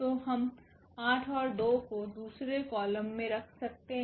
तो हम 8 और 2 को दूसरे कॉलम में रख सकते हैं